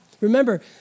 remember